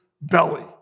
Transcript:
belly